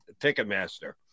Ticketmaster